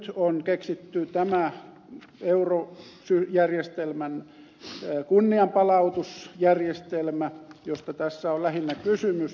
nyt on keksitty tämä eurojärjestelmän kunnianpalautusjärjestelmä josta tässä on lähinnä kysymys